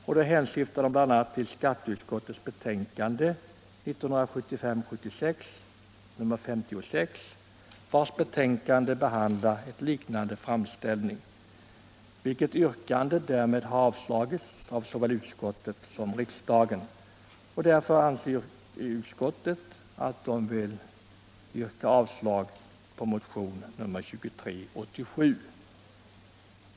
Utskottet hänsyftar bl.a. på skatteutskottets betänkande 1975/76:56, där en liknande framställning behandlas. Framställningen avstyrktes av utskottet och avslogs av kammaren. Därför anser sig utskottet böra yrka avslag även på motionen 2387.